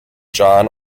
john